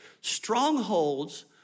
Strongholds